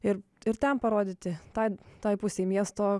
ir ir ten parodyti tai tai pusei miesto